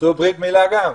עשו ברית מילה גם.